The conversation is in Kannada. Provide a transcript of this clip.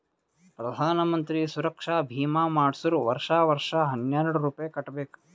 ಪ್ರಧಾನ್ ಮಂತ್ರಿ ಸುರಕ್ಷಾ ಭೀಮಾ ಮಾಡ್ಸುರ್ ವರ್ಷಾ ವರ್ಷಾ ಹನ್ನೆರೆಡ್ ರೂಪೆ ಕಟ್ಬಬೇಕ್